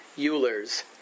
Euler's